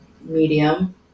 medium